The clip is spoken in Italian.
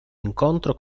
incontro